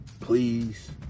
please